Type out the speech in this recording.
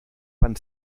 van